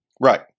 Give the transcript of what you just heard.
Right